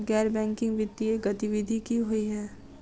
गैर बैंकिंग वित्तीय गतिविधि की होइ है?